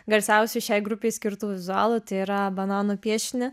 garsiausių šiai grupei skirtų vizualų tai yra bananų piešinį